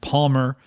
Palmer